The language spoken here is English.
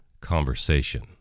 conversation